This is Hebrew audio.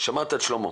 שמעת את שלמה.